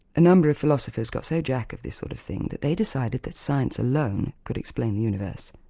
a number of philosophers got so jack of this sort of thing, that they decided that science alone could explain the universe.